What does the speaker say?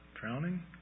drowning